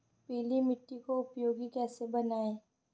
पीली मिट्टी को उपयोगी कैसे बनाएँ?